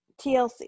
TLC